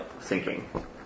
sinking